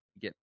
get